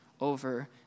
over